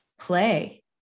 play